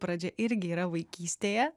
pradžia irgi yra vaikystėje